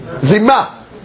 Zima